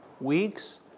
weeks